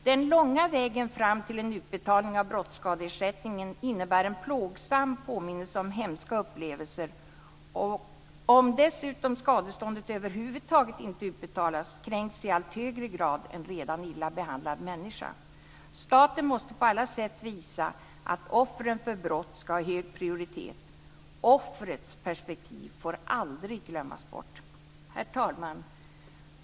Den långa vägen fram till utbetalning av brottsskadeersättning innebär en plågsam påminnelse om hemska upplevelser. Om dessutom skadeståndet över huvud taget inte utbetalas kränks i ännu högre grad en redan illa behandlad människa. Staten måste på alla sätt visa att offren för brott ska ha hög prioritet. Offrets perspektiv får aldrig glömmas bort! Herr talman!